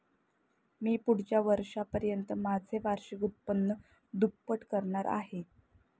मी पुढच्या वर्षापर्यंत माझे वार्षिक उत्पन्न दुप्पट करणार आहे